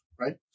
right